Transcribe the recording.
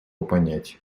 понять